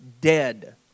dead